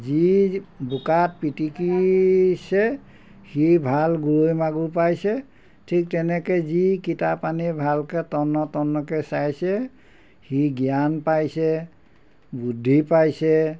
যি বোকাত পিটিকিছে সি ভাল গৰৈ মাগুৰ পাইছে ঠিক তেনেকৈ যি কিতাপ আনি ভালকৈ তন্ন তন্নকৈ চাইছে সি জ্ঞান পাইছে বুদ্ধি পাইছে